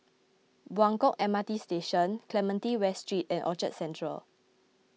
Buangkok M R T Station Clementi West Street and Orchard Central